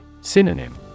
Synonym